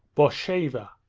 borsheva?